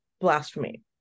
blasphemy